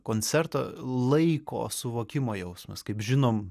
koncerto laiko suvokimo jausmas kaip žinom